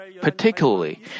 Particularly